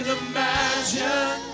imagine